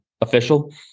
official